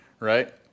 Right